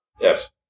Yes